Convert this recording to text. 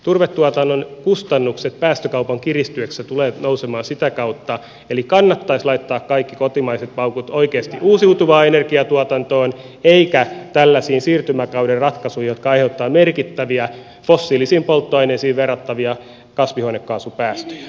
turvetuotannon kustannukset päästökaupan kiristyessä tulevat nousemaan sitä kautta eli kannattaisi laittaa kaikki kotimaiset paukut oikeasti uusiutuvaan energiatuotantoon eikä tällaisiin siirtymäkauden ratkaisuihin jotka aiheuttavat merkittäviä fossiilisiin polttoaineisiin verrattavia kasvihuonekaasupäästöjä